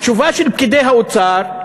התשובה של פקידי האוצר,